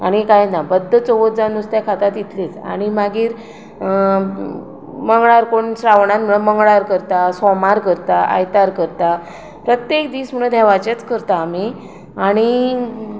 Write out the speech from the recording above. आनी कांय ना बद्द चवथ जावन नुस्तें खाता तितलींच आनी मागीर मंगळार कोण श्रावणान म्हणून मंगळार करता सोमार करता आयतार करता प्रत्येक दीस म्हणून देवाचेंच करता आमी आनी